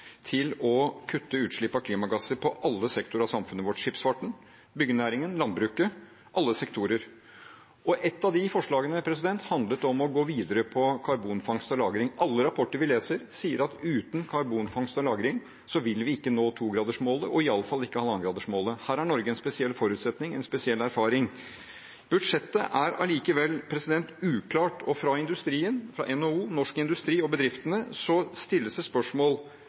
til å kutte utslipp av klimagasser i alle sektorer av samfunnet vårt: skipsfarten, byggenæringen, landbruket – alle sektorer. Ett av de forslagene handlet om å gå videre med karbonfangst og -lagring. Alle rapporter vi leser, sier at uten karbonfangst og -lagring vil vi ikke nå 2-gradersmålet, og iallfall ikke 1,5-gradersmålet. Her har Norge en spesiell forutsetning, en spesiell erfaring. Budsjettet er allikevel uklart, og fra industrien, fra NHO, Norsk Industri og bedriftene, stilles det spørsmål.